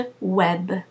web